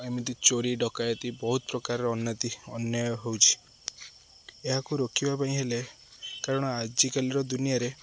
ଏମିତି ଚୋରି ଡ଼କାୟତି ବହୁତ ପ୍ରକାରର ଅନୀତି ଅନ୍ୟାୟ ହଉଛି ଏହାକୁ ରୋକିବା ପାଇଁ ହେଲେ କାରଣ ଆଜିକାଲିର ଦୁନିଆରେ